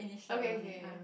okay